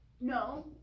no